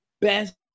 best